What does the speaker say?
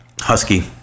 Husky